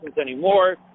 anymore